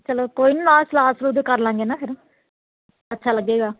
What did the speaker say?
ਚਲੋ ਕੋਈ ਨਹੀਂ ਨਾਲ ਸਲਾਦ ਸਲੁਦ ਕਰ ਲਵਾਂਗੇ ਨਾ ਫਿਰ ਅੱਛਾ ਲੱਗੇਗਾ